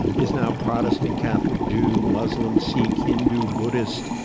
is now protestant, catholic, jew, muslim, sikh, hindu, buddhist,